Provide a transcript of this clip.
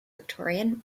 victorian